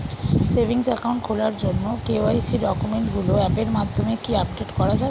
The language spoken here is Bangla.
সেভিংস একাউন্ট খোলার জন্য কে.ওয়াই.সি ডকুমেন্টগুলো অ্যাপের মাধ্যমে কি আপডেট করা যাবে?